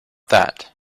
that